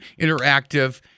interactive